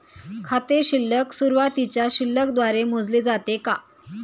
खाते शिल्लक सुरुवातीच्या शिल्लक द्वारे मोजले जाते का?